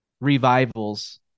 revivals